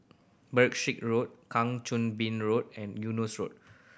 Berkshire Road Kang Choo Bin Road and Eunos Road